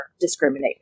discriminate